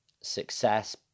success